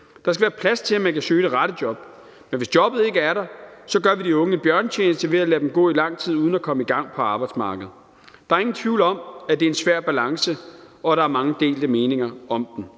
Der skal være plads til, at man kan søge det rette job, men hvis jobbet ikke er der, gør vi de unge en bjørnetjeneste ved at lade dem gå i lang tid uden at komme i gang på arbejdsmarkedet. Der er ingen tvivl om, at det er en svær balance, og at der er mange delte meninger om det.